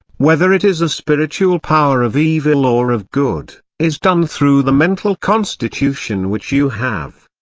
whether it is a spiritual power of evil or of good, is done through the mental constitution which you have.